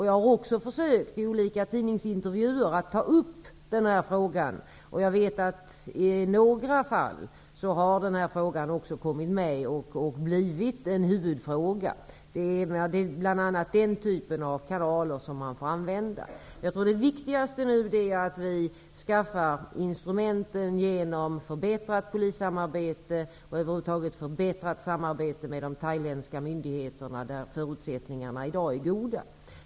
Jag har också i olika tidningsintervjuer försökt ta upp den här frågan, och jag vet att frågan i några fall har kommit med och blivit en huvudfråga. Det är bl.a. den typen av kanaler man får använda. Jag tror att det viktigaste nu är att vi skaffar instrumenten genom förbättrat polissamarbete och över huvud taget genom ett förbättrat samarbete med de thailändska myndigheterna. Förutsättningarna för detta är i dag goda.